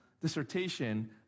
dissertation